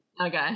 okay